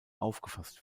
aufgefasst